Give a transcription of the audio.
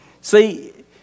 See